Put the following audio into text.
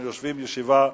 ואנחנו יושבים בישיבה,